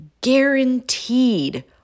guaranteed